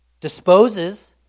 disposes